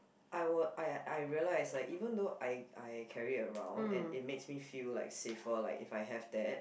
I were I I realize like even though I I carry around and it makes me feel like safer like if I have that